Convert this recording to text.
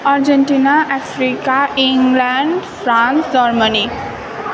Argentina Africa England France Germany